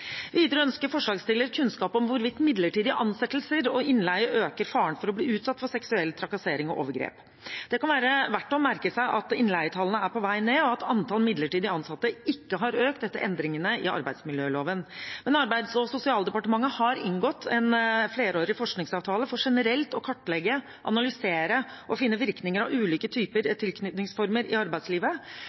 Videre ønsker forslagsstiller kunnskap om hvorvidt midlertidige ansettelser og innleie øker faren for å bli utsatt for seksuell trakassering og overgrep. Det kan være verdt å merke seg at innleietallene er på vei ned, og at antall midlertidig ansatte ikke har økt etter endringene i arbeidsmiljøloven. Arbeids- og sosialdepartementet har inngått en flerårig forskningsavtale for generelt å kartlegge, analysere og finne virkninger av ulike typer tilknytningsformer i arbeidslivet.